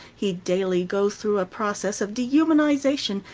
he daily goes through a process of dehumanization,